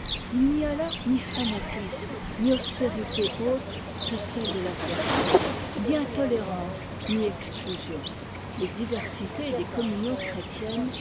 il n'y a là ni fanatisme ni austérités autres que celles de la vertu ni intolérance ni exclusion les diversités des communions chrétiennes